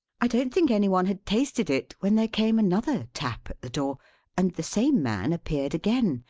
i don't think any one had tasted it, when there came another tap at the door and the same man appeared again,